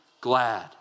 Glad